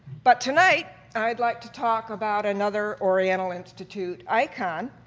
but tonight, i'd like to talk about another oriental institute icon,